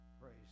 Praise